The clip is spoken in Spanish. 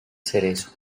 cerezo